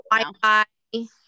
Wi-Fi